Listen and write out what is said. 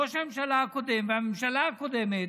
ראש הממשלה הקודם והממשלה הקודמת,